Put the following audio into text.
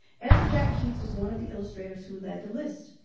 ezra jack keats was one of the illustrators who led the list.